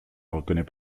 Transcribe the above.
reconnaît